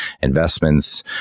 investments